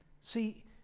See